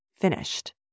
finished